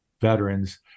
veterans